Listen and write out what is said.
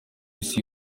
isi